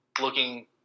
looking